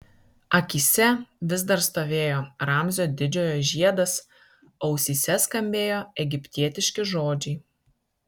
akyse vis dar stovėjo ramzio didžiojo žiedas ausyse skambėjo egiptietiški žodžiai